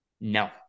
No